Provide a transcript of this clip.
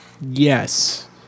yes